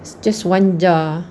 it's just one jar